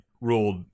ruled